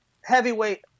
heavyweight